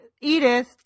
Edith